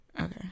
Okay